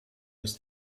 was